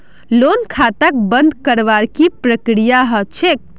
loan खाताक बंद करवार की प्रकिया ह छेक